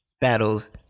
battles